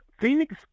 Phoenix